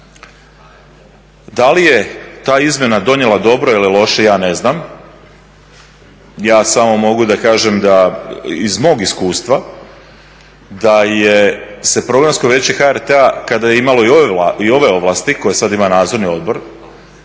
Da li je ta izmjena donijela dobro ili loše, ja ne znam, ja samo mogu reći iz mog iskustva da se Programsko vijeće HRT-a kada je imalo i ove ovlasti koje sada ima nadzorni odbor